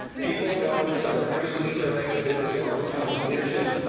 people ah governments are increasingly turning to business for a new type of leadership,